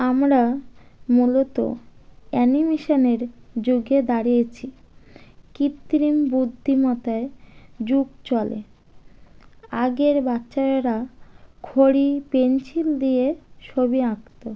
আমরা মূলত অ্যানিমেশানের যুগে দাঁড়িয়েছি কৃত্রিম বুদ্ধিমত্তায় যুগ চলে আগের বাচ্চারা খড়ি পেনসিল দিয়ে ছবি আঁকতো